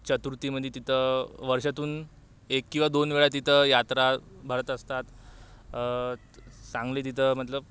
चतुर्थीमध्ये तिथं वर्षातून एक किंवा दोन वेळा तिथं यात्रा भरत असतात चांगले तिथं मतलब